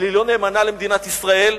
אבל היא לא נאמנה למדינת ישראל.